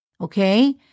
okay